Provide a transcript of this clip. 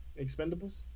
Expendables